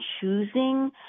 choosing